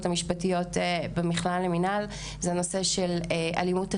המשפטיות במכללה למנהל הוא נושא אלימות טכנולוגית.